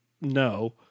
no